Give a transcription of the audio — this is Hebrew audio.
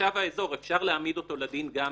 תושב האזור, אפשר להעמיד אותו לדין גם